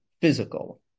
physical